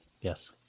Yes